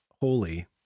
holy